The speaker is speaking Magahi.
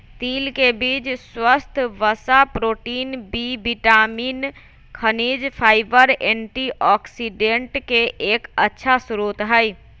तिल के बीज स्वस्थ वसा, प्रोटीन, बी विटामिन, खनिज, फाइबर, एंटीऑक्सिडेंट के एक अच्छा स्रोत हई